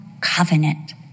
covenant